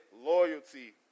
loyalty